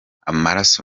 amaraso